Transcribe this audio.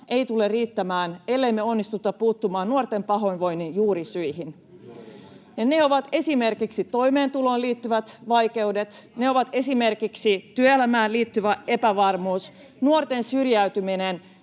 ei tule riittämään, ellei me onnistuta puuttumaan nuorten pahoinvoinnin juurisyihin. [Välihuutoja vasemmalta ja keskeltä: Juuri näin!] Ne ovat esimerkiksi toimeentuloon liittyvät vaikeudet, ne ovat esimerkiksi työelämään liittyvä epävarmuus ja nuorten syrjäytyminen.